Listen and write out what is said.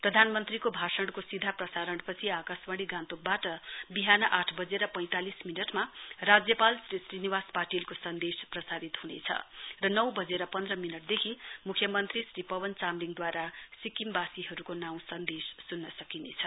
प्रधानमन्त्रीको भाषणको सीधा प्रसारणपछि आकाशवाणी गान्तोकबाट विहान आठ वजेर पैंतालिस मिनटमा राज्यपाल श्री श्रीनिवास पाटिलको सन्देश प्रसारित हनेछ र नौ वजेर पन्ध मिनटदेखि मुख्य मन्त्री श्री पवन चामलिङद्वारा सिक्किमवासीहरुको नाउँ सन्देश सुन्न सकिनेछ